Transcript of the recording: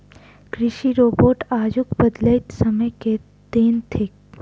कृषि रोबोट आजुक बदलैत समय के देन थीक